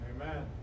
Amen